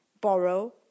borrow